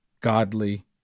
godly